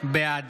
בעד